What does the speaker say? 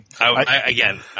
Again